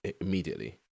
immediately